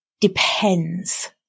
depends